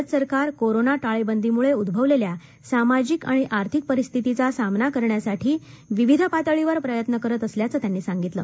भारत सरकार कोरोना ळेबंदीमुळ उद्ववलेल्या सामाजिक आणि आर्थित परिस्थितीचा सामना करण्यासाठी विविध पातळीवर प्रयत्न करत असल्याचं त्यांनी सांगितलं